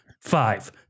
Five